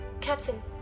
Captain